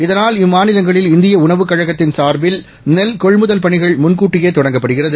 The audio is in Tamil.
இதனால் இம்மாநிலங்களில்இந்தியஉணவுகழகத்தின்சார்பில்நெல் கொள்முதல்பணிகள்முன்கூட்டியேதொடங்கப்படுகிறது